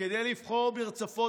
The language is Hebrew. כדי לבחור מרצפות.